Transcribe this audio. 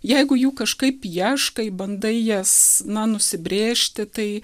jeigu jų kažkaip ieškai bandai jas na nusibrėžti tai